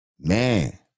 man